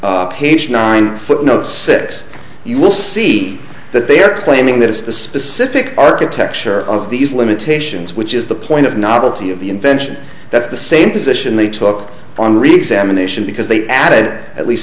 page nine footnotes six you will see that they are claiming that it's the specific architecture of these limitations which is the point of novelty of the invention that's the same position they took on reexamination because they added at least